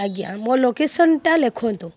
ଆଜ୍ଞା ମୋ ଲୋକେସନ୍ଟା ଲେଖନ୍ତୁ